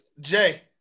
Jay